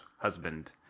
husband